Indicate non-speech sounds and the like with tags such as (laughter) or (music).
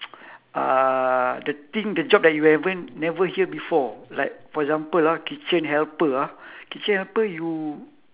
(noise) uh the thing the job that you haven't never hear before like for example ah kitchen helper ah kitchen helper you